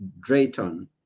Drayton